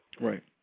Right